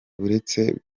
buretse